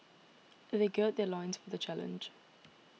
they gird their loins for the challenge